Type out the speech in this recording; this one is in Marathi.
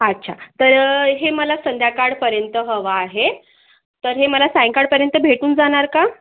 अच्छा तर हे मला संध्याकाळपर्यंत हवं आहे तर हे मला सायंकाळपर्यंत भेटून जाणार का